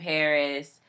Paris